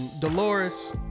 Dolores